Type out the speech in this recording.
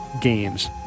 games